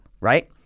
right